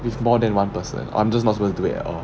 with more than one person or I'm just not supposed to do it at all